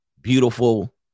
beautiful